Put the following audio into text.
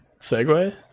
segue